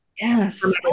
Yes